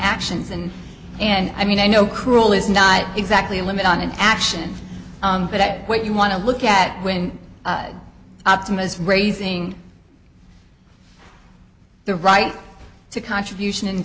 actions and and i mean i know cruel is not exactly a limit on an action but that what you want to look at when optimus raising the right to contribution